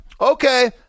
Okay